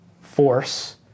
force